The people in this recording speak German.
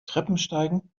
treppensteigen